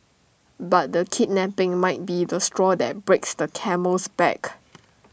but the kidnapping might be the straw that breaks the camel's back